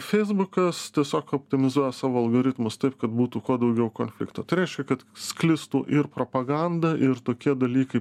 feisbukas tiesiog optimizuoja savo algoritmus taip kad būtų kuo daugiau konfliktų tai reiškia kad sklistų ir propaganda ir tokie dalykai